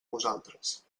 vosaltres